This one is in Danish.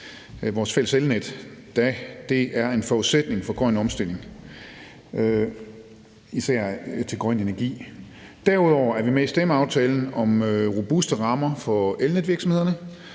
vores fælles elnet, da det er en forudsætning for grøn omstilling, især til grøn energi. Derudover er vi med i stemmeaftalen om robuste rammer for elnetvirksomhederne,